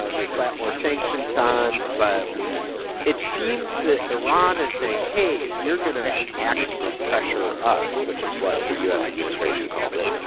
ah they slapped more sanctions on, but it seems that iran is saying, hey, if you're going to maximum pressure us, which is what the u s. administration calls it,